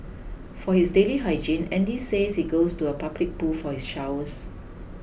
for his daily hygiene Andy says he goes to a public pool for his showers